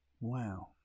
Wow